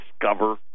Discover